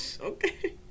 Okay